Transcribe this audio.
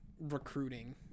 recruiting